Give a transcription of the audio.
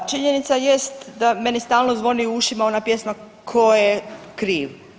Činjenica jest da meni stalno zvoni u ušima ona pjesma „Tko je kriv?